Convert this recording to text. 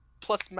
plus